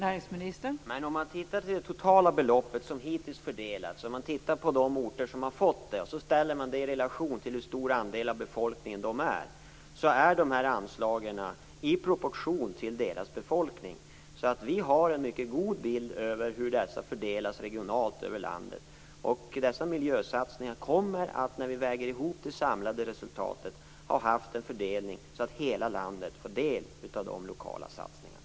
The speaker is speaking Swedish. Fru talman! Men om man tittar på det totala belopp som hittills har fördelats och på de orter som har fått del av pengarna och ställer dem i relation till hur stor andel av befolkningen de har, så ser man att de här anslagen står i proportion till deras befolkning. Vi har en mycket god bild av hur dessa pengar fördelas regionalt över landet. Dessa miljösatsningar kommer, när vi väger ihop det samlade resultatet, att ha haft en sådan fördelning att hela landet fått del av de lokala satsningarna.